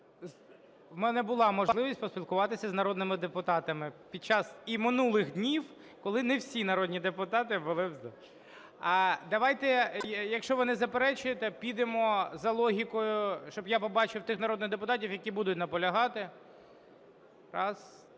В мене була можливість поспілкуватися з народними депутатами під час і минулих днів, коли не всі народні депутати були в залі. Давайте, якщо не заперечуєте, підемо за логікою, щоб я побачив тих народних депутатів, які будуть наполягати. Якщо